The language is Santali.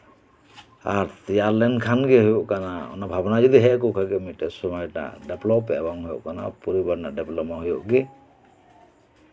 ᱟᱨ ᱛᱮᱭᱟᱨ ᱞᱮᱱᱠᱷᱟᱱᱜᱮ ᱦᱩᱭᱩᱜ ᱠᱟᱱᱟ ᱚᱱᱟ ᱵᱷᱟᱵᱽᱱᱟ ᱡᱩᱫᱤ ᱦᱮᱡ ᱞᱮᱱᱠᱷᱟᱱ ᱢᱤᱫᱴᱟᱱ ᱥᱚᱢᱚᱭ ᱨᱮᱭᱟᱜ ᱰᱮᱵᱷᱞᱚᱯ ᱮᱵᱚᱝ ᱯᱚᱨᱤᱵᱟᱨ ᱨᱮᱭᱟᱜ ᱰᱮᱵᱷᱞᱚᱯ ᱢᱟ ᱦᱩᱭᱩᱜ ᱜᱮ